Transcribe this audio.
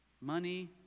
Money